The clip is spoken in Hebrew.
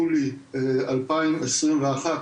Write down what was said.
יולי 2021,